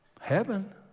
Heaven